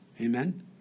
Amen